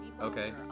Okay